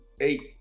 eight